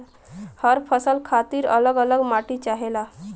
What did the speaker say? हर फसल खातिर अल्लग अल्लग माटी चाहेला